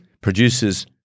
produces